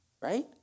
Right